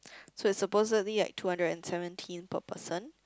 so it's supposedly like two hundred and seventeen per person